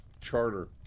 charter